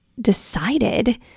decided